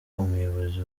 umuyobozi